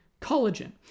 collagen